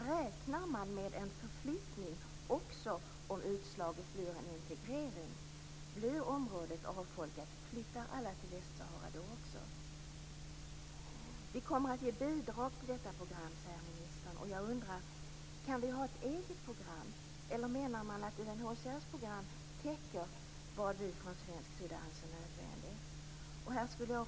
Räknar man med en förflyttning också om utslaget blir en integrering? Blir området avfolkat, eller flyttar också då alla till Västsahara? Vi kommer att ge bidrag till detta program, säger ministern. Kan vi ha ett eget program, eller menar man att UNHCR:s program täcker vad vi från svensk sida anser nödvändigt?